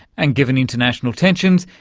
and, given international tensions,